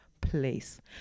Place